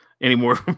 anymore